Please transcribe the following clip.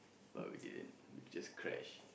but we didn't we just crash